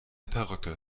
perücke